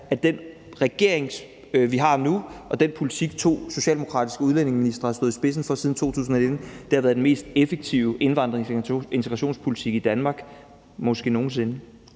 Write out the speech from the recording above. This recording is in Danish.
at den regering, vi har nu, og den politik, to socialdemokratiske udlændingeministre har stået i spidsen for siden 2019, har været den mest effektive indvandrings- og integrationspolitik i Danmark måske nogen sinde.